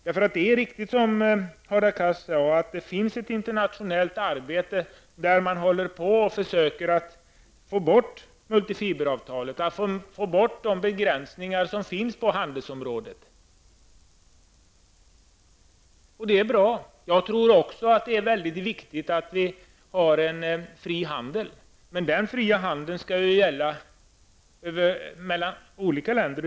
Det är riktigt som Hadar Cars sade att det pågår ett internationellt arbete med att försöka få bort multifiberavtalet och de begränsningar som finns på handelsområdet. Det är bra. Jag tror också att det är väldigt viktigt att vi har en fri handel. Men den fria handeln skall ju gälla mellan olika länder.